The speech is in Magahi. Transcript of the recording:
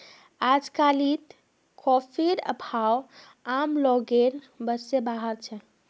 अजकालित कॉफीर भाव आम लोगेर बस स बाहर छेक